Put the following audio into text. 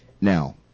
now